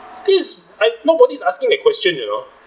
this I nobody's asking that question you know